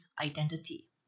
identity